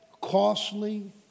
Costly